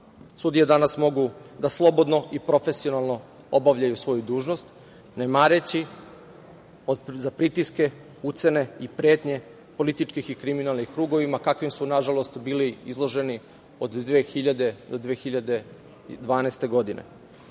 Sudije danas mogu da slobodno i profesionalno obavljaju svoju dužnost, ne mareći za pritiske, ucene i pretnje političkih i kriminalnih krugova kakvim su, nažalost, bili izloženi od 2000. do 2012. godine.